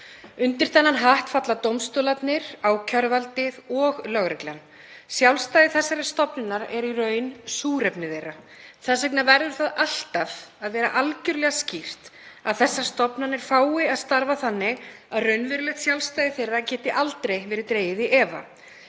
Undir þennan hatt falla dómstólarnir, ákæruvaldið og lögreglan. Sjálfstæði þessara stofnana er í raun súrefni þeirra. Þess vegna verður það alltaf að vera algerlega skýrt að þær fái að starfa þannig að raunverulegt sjálfstæði þeirra geti aldrei verið dregið í efa.